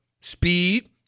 speed